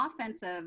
offensive